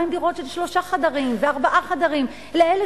מה עם דירות של שלושה חדשים וארבעה חדרים לאלה